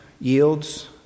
yields